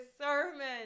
sermon